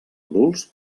adults